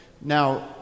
Now